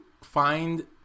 find